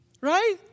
Right